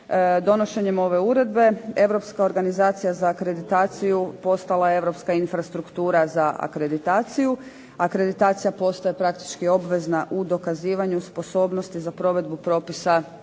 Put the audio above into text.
donošenjem ove uredbe Europska organizacija za akreditaciju postala je europska infrastruktura za akreditaciju. Akreditacija postaje praktički obvezna u dokazivanju sposobnosti za provedbu propisa za